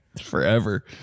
forever